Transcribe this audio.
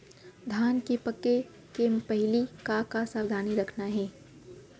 धान के पके के पहिली का का सावधानी रखना हे?